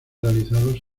realizados